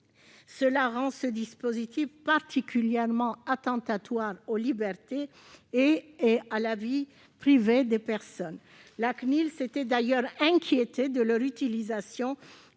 Elle est donc particulièrement attentatoire aux libertés et à la vie privée des personnes. La CNIL s'était d'ailleurs inquiétée de son utilisation,